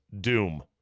doom